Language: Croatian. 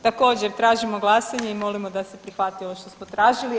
Također, tražimo glasovanje i molimo da se prihvati ovo što smo tražili.